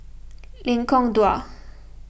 Lengkong Dua